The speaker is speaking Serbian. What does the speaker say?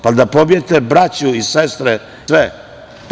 Pa da pobijete braću i sestre i sve.